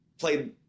played